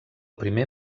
primer